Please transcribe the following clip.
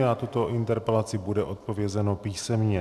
Na tuto interpelaci bude odpovězeno písemně.